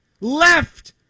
left